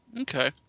Okay